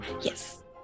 Yes